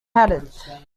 hadith